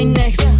next